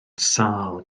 sâl